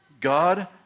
God